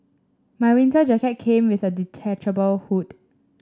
my winter jacket came with a detachable hood